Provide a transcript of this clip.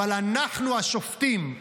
אבל אנחנו השופטים.